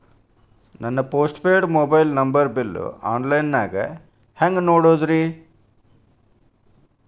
ನನ್ನ postpaid mobile number bill, online ದಾಗ ಹ್ಯಾಂಗ್ ನೋಡೋದ್ರಿ?